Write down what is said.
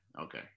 okay